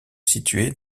situé